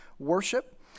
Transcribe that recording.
worship